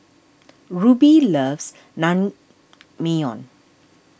Ruby loves Naengmyeon